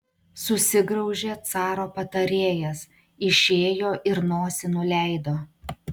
susigraužė caro patarėjas išėjo ir nosį nuleido